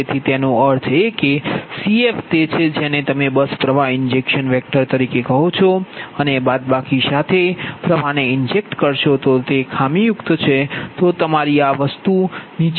તેથી તેનો અર્થ એ કે Cf તે છે જેને તમે બસ પ્ર્વાહ ઇન્જેક્શન વેક્ટર તરીકે કહો છો અને બાદબાકી સાથે પ્ર્વાહને ઇન્જેક્ટેડ કરશો તો તે ખામીયુક્ત છે તો તમારી આ વસ્તુ નીચે તરફ જઇ રહી છે